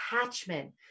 attachment